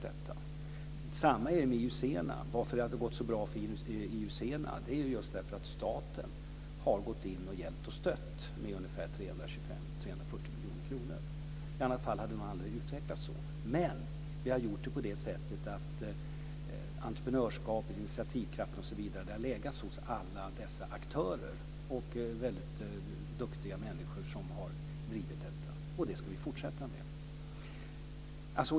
Detsamma är det med IUC. Varför har det gått så bra för IUC? Det är för att staten har stött med ungefär 325 till 340 miljoner kronor. I annat fall hade de aldrig utvecklats så. Men entreprenörskapet och initiativkraften har legat hos alla aktörer - duktiga människor. Det ska vi fortsätta med.